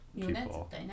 people